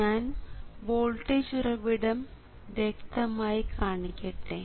ഞാൻ വോൾട്ടേജ് ഉറവിടം വ്യക്തമായി കാണിക്കട്ടെ